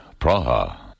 Praha